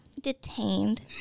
detained